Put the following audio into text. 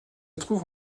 trouve